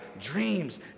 Dreams